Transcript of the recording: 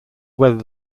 whether